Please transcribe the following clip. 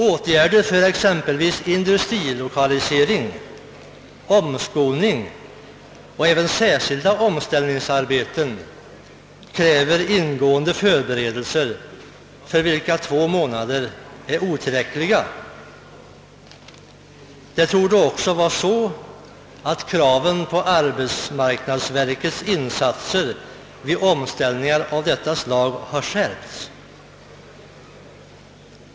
Åtgärder för exempelvis industrilokalisering, omskolning och även särskilda omställningsarbeten kräver ingående förberedelser för vilka två månader är otillräckliga. Det torde också vara så att kraven på arbetsmarknadsverkets insatser vid omställningar av detta slag har skärpts.